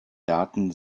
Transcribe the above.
daten